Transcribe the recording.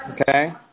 Okay